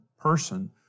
person